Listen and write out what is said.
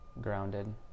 grounded